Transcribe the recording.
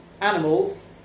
animals